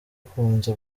akunze